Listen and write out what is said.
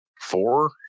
four